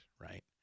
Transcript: right